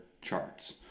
charts